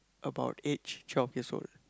about age twelve years old